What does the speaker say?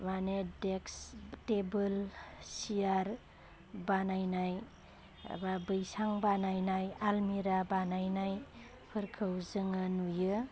मानि desk table सेयार बानायनाय माबा बैसां बानायनाय आलमिरा बानायनायफोरखौ जोङो नुयो